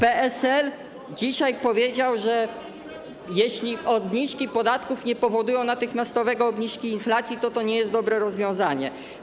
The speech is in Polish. PSL dzisiaj powiedział, że jeśli obniżki podatków nie powodują natychmiastowej obniżki inflacji, to nie jest to dobre rozwiązanie.